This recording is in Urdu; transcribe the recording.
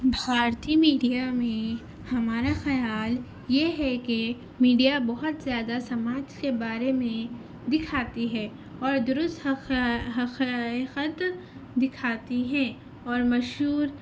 بھارتی میڈیا میں ہمارا خیال یہ ہے کہ میڈیا بہت زیادہ سماج کے بارے میں دکھاتی ہے اور درست حقیقت دکھاتی ہے اور مشہور